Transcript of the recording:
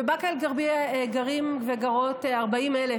בבאקה אל-גרבייה גרים וגרות 40,000